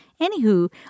Anywho